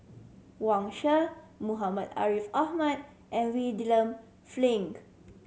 Wang Sha Muhammad Ariff Ahmad and